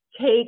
take